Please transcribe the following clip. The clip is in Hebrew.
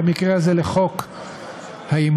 במקרה הזה לחוק האימוץ.